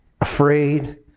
Afraid